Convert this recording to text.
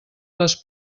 les